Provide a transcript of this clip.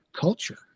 culture